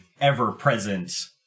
ever-present